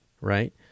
right